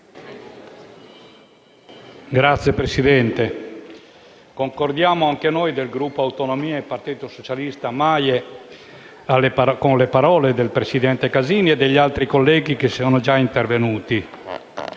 Signor Presidente, concordiamo anche noi del Gruppo per le Autonomie - Partito socialista - MAIE con le parole del presidente Casini e degli altri colleghi che sono già intervenuti.